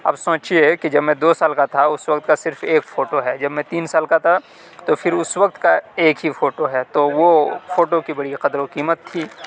اب سوچیے کہ جب میں دو سال کا تھا اس وقت کا صرف ایک فوٹو ہے جب میں تین سال کا تھا تو پھر اس وقت کا ایک ہی فوٹو ہے تو وہ فوٹو کی بڑی قدر و قیمت تھی